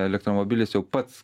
elektromobilis jau pats